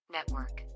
Network